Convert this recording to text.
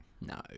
no